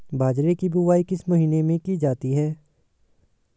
बाजरे की बुवाई किस महीने में की जाती है?